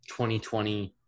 2020